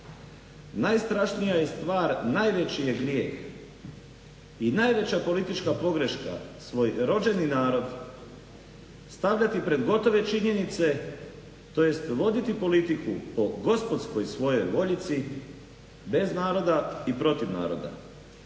najstrašnija je stvar, najveći je grijeh i najveća politička pogreška svoj rođeni narod stavljati pred gotove činjenice, tj. voditi politiku o gospodskoj svojoj voljici bez naroda i protiv naroda.